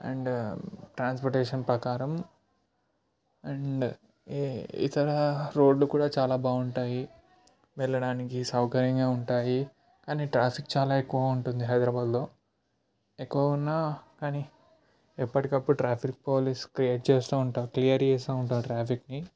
and transportation ప్రకారం and ఇ ఇతర రోడ్లు కూడా చాలా బాగుంటాయి వెళ్లడానికి సౌకర్యంగా ఉంటాయి కానీ ట్రాఫిక్ చాలా ఎక్కువ ఉంటుంది హైదరాబాద్లో ఎక్కువగా ఉన్నా కానీ ఎప్పటికప్పుడు ట్రాఫిక్ పోలీస్ క్రియేట్ చేస్తూ ఉంటారు క్లియర్ చేస్తూ ఉంటారు ట్రాఫిక్ని